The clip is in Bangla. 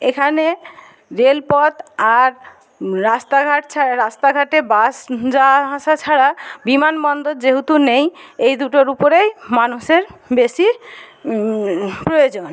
এখানে রেলপথ আর রাস্তাঘাট ছাড়া রাস্তাঘাটে বাস যাওয়া আসা ছাড়া বিমান বন্দর যেহুতু নেই এই দুটোর উপরেই মানুষের বেশি প্রয়োজন